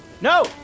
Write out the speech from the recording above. No